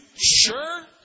sure